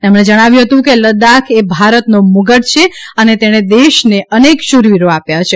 તેમને જણાવ્યું હતું કે લડાખ એ ભારતનો મુગટ છે અને તેણે દેશને અનેક શુરવીરો આપ્યા છે